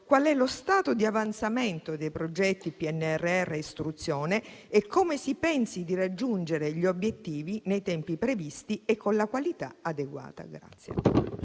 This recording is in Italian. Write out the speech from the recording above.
qual è lo stato di avanzamento dei progetti del PNRR per l'istruzione e come si pensi di raggiungere gli obiettivi nei tempi previsti e con la qualità adeguata.